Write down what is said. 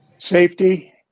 safety